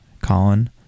Colin